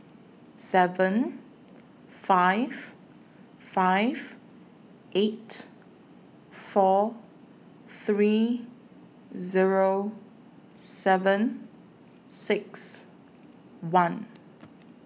seven five five eight four three Zero seven six one